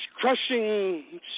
crushing